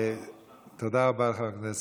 בסדר גמור.